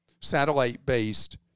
satellite-based